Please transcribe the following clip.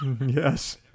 Yes